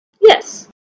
yes